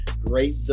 great